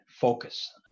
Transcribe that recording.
focus